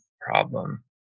problem